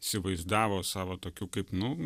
įsivaizdavo savo tokių kaip nu